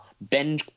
Ben